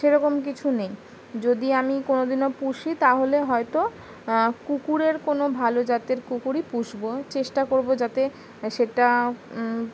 সেরকম কিছু নেই যদি আমি কোনোদিনও পুষি তাহলে হয়তো কুকুরের কোনও ভালো জাতের কুকুরই পুষবো চেষ্টা করবো যাতে সেটা